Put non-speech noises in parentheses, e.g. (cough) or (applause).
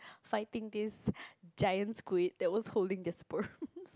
fighting this giant squid that was holding their sperms (laughs)